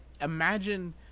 imagine